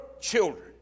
children